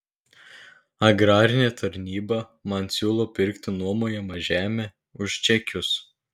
agrarinė tarnyba man siūlo pirkti nuomojamą žemę už čekius